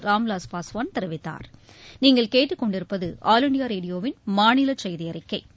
ராம்விலாஸ் பாஸ்வான் தெரிவித்தாா்